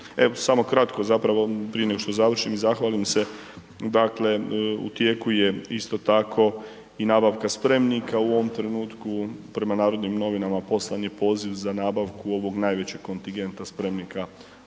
Evo, samo kratko zapravo prije nego što završim i zahvalim se, dakle u tijeku je isto tako i nabavka spremnika. U ovom trenutku prema Narodnim novinama poslan je poziv za nabavku ovog najvećeg kontingenta spremnika